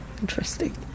interesting